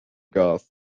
gas